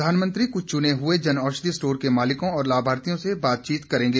प्रधानमंत्री कुछ चुने हुए जनऔषधि स्टोर के मालिकों और लाभार्थियों से बातचीत करेंगे